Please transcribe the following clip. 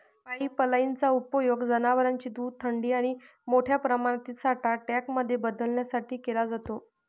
pipeline चा उपयोग जनवरांचे दूध थंडी आणि मोठ्या प्रमाणातील साठा टँक मध्ये बदलण्यासाठी केला जातो